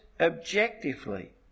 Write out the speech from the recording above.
objectively